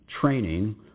training